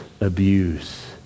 abuse